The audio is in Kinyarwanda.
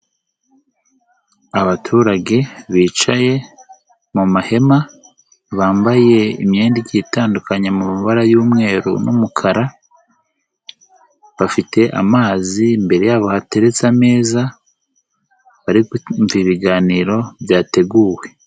Abaturage bicaye mu mahema, bambaye imyenda itandukanye mu mabara y'umweru n'umukara, bafite amazi imbere yabo hateretse ameza, bari kumva ibiganiro byateguwe.